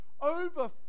over